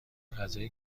غذای